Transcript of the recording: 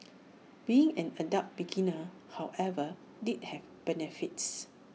being an adult beginner however did have benefits